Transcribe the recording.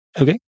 Okay